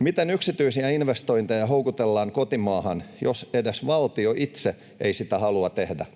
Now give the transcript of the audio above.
Miten yksityisiä investointeja houkutellaan kotimaahan, jos edes valtio itse ei sitä halua tehdä?